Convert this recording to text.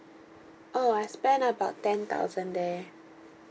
oh I spend about ten thousand there